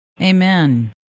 Amen